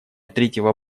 третьего